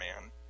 man